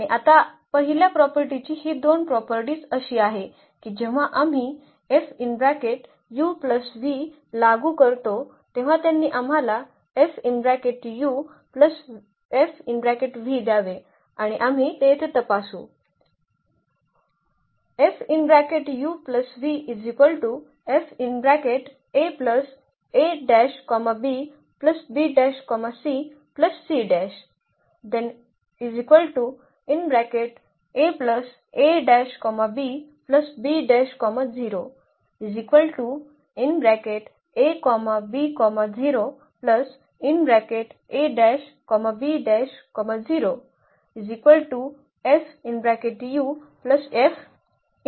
आणि आता पहिल्या प्रॉपर्टीची ही दोन प्रॉपर्टीज अशी आहे की जेव्हा आम्ही लागू करतो तेव्हा त्यांनी आम्हाला द्यावे आणि आम्ही ते येथे तपासू